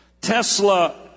Tesla